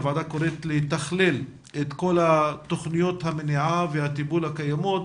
הוועדה קוראת לתכלל את כל תכניות המניעה והטיפול הקיימות.